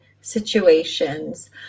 situations